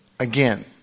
Again